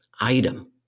item